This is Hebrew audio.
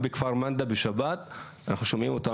אותם משפטים.